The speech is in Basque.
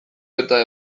eta